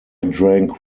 drank